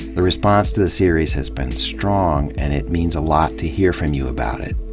the response to the series has been strong, and it means a lot to hear from you about it,